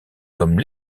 comme